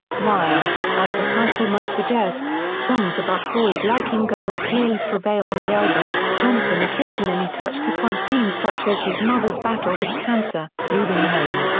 while, as the title might suggest, songs about boys liking girls clearly prevail on the album, johnson occasionally touched upon themes such as his mother's battle with cancer, leaving home,